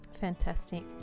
fantastic